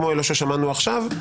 כמו אלה ששמענו עכשיו,